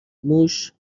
موش